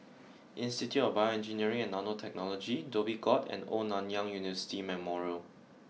Institute of BioEngineering and Nanotechnology Dhoby Ghaut and Old Nanyang University Memorial